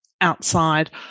outside